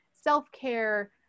self-care